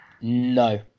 No